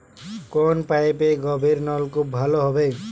কোন পাইপে গভিরনলকুপ ভালো হবে?